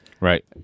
Right